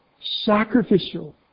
Sacrificial